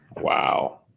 Wow